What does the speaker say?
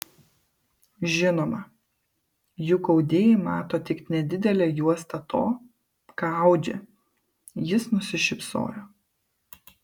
žinoma juk audėjai mato tik nedidelę juostą to ką audžia jis nusišypsojo